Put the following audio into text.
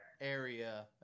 area